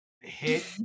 Hit